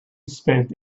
spent